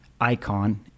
icon